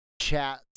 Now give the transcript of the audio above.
chat